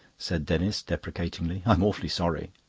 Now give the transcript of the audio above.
said denis deprecatingly. i'm awfully sorry.